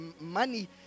money